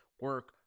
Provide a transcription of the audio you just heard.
Work